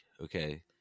okay